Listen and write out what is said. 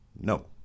No